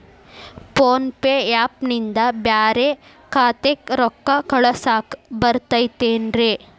Phone pay app ನಿಂದ ಬ್ಯಾರೆ ಖಾತೆಕ್ ರೊಕ್ಕಾ ಕಳಸಾಕ್ ಬರತೈತೇನ್ರೇ?